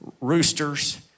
Roosters